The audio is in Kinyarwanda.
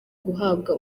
guhabwa